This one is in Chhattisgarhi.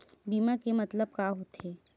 बीमा के मतलब का होथे?